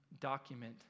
document